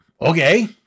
okay